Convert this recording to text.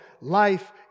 life